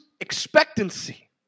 expectancy